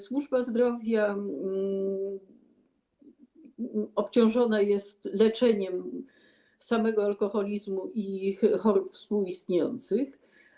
Służba zdrowia jest obciążona leczeniem samego alkoholizmu i chorób współistniejących.